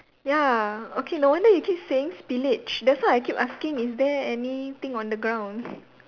ya okay no wonder you keep saying spillage that's why I keep asking is there anything on the ground